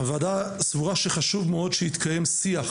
הוועדה סבורה שחשוב מאוד שיתקיים שיח